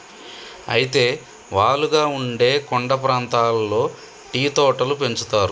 అయితే వాలుగా ఉండే కొండ ప్రాంతాల్లో టీ తోటలు పెంచుతారు